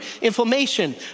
inflammation